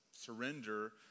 surrender